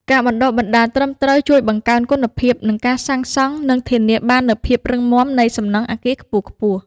ការបណ្តុះបណ្តាលត្រឹមត្រូវជួយបង្កើនគុណភាពនៃការសាងសង់និងធានាបាននូវភាពរឹងមាំនៃសំណង់អគារខ្ពស់ៗ។